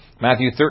Matthew